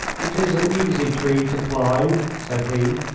it is an easy tree to climb, said he.